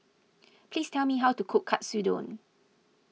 please tell me how to cook Katsudon